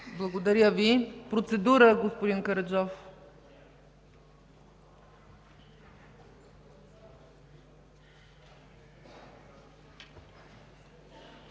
Благодаря. Процедура – господин Караджов.